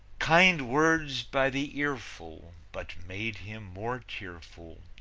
kind words by the earful but made him more tearful,